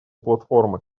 платформы